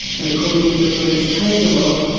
and according to the police taser log,